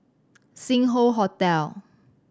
Sing Hoe Hotel